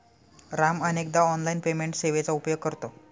राम अनेकदा online payment सेवेचा उपयोग करतो